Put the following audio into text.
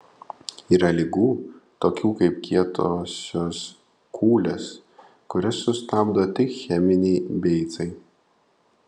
yra ligų tokių kaip kietosios kūlės kurias sustabdo tik cheminiai beicai